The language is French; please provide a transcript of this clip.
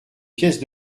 pièces